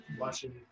watching